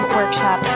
workshop